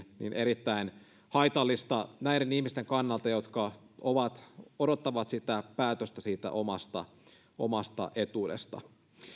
erittäin haitallista näiden ihmisten kannalta jotka odottavat päätöstä siitä omasta omasta etuudesta